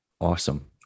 awesome